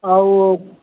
ଆଉ